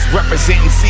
representing